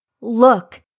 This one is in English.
look